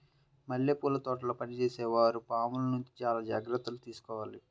మల్లెపూల తోటల్లో పనిచేసే వారు పాముల నుంచి చాలా జాగ్రత్తలు తీసుకోవాలి